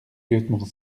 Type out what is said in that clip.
lieutenant